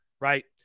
right